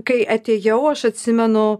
kai atėjau aš atsimenu